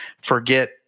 forget